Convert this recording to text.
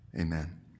amen